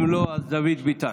אם לא, אז דוד ביטן.